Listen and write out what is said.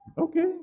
Okay